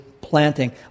planting